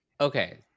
Okay